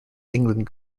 england